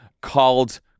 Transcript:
called